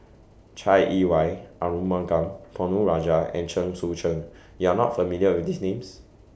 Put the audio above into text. Chai Yee Wei Arumugam Ponnu Rajah and Chen Sucheng YOU Are not familiar with These Names